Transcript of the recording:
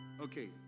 Okay